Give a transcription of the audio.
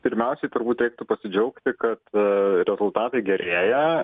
pirmiausiai turbūt reiktų pasidžiaugti kad rezultatai gerėja